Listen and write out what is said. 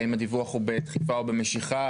האם הדיווח הוא בדחיפה או במשיכה?